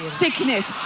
sickness